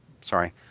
sorry